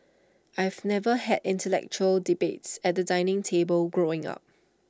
I've never had intellectual debates at the dining table growing up